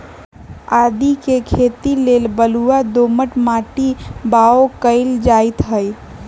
आदीके खेती लेल बलूआ दोमट माटी में बाओ कएल जाइत हई